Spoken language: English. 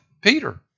Peter